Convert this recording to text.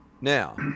Now